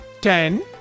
ten